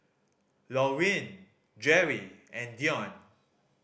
Laurene Jerri and Deon